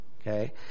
Okay